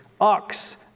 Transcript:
ox